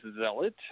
zealot